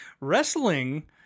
Wrestling